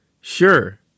Sure